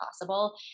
possible